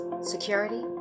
security